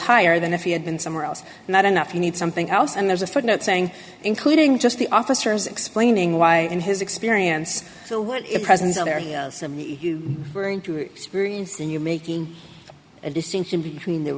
higher than if he had been somewhere else and not enough you need something else and there's a footnote saying including just the officers explaining why in his experience so what the presence of they're going to experience and you making a distinction between th